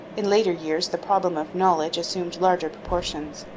in later years the problem of knowledge assumed larger proportions,